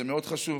זה מאוד חשוב,